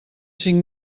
cinc